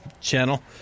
channel